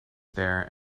there